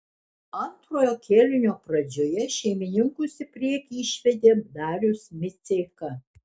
antrojo kėlinio pradžioje šeimininkus į priekį išvedė darius miceika